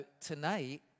tonight